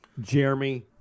Jeremy